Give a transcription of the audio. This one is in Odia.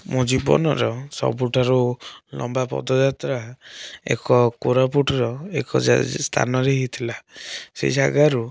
ମୋ ଜୀବନର ସବୁଠାରୁ ଲମ୍ବାପଦଯାତ୍ରା ଏକ କୋରାପୁଟର ଏକ ଜା ସ୍ଥାନରେ ହେଇଥିଲା ସେଇ ଜାଗାରୁ